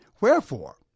wherefore